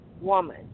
Woman